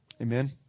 Amen